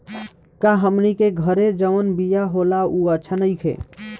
का हमनी के घरे जवन बिया होला उ अच्छा नईखे?